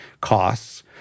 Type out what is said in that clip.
costs